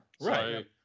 Right